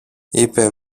είπε